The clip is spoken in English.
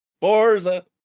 Forza